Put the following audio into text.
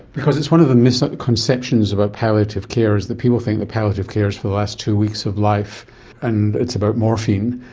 because it's one of the misconceptions about palliative care, is that people think that palliative care is for the last two weeks of life and it's about morphine,